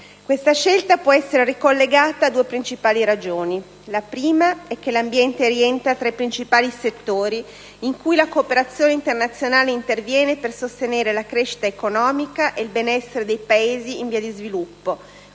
Questa scelta può essere ricollegata a due principali ragioni. La prima è che l'ambiente rientra tra i principali settori in cui la cooperazione internazionale interviene per sostenere la crescita economica e il benessere dei Paesi in via di sviluppo,